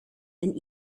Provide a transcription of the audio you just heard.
and